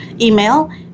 email